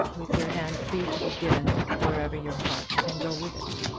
with your hand free to be given wherever your heart can go with it.